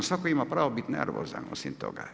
Svatko ima pravo biti nervozan osim toga.